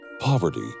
Poverty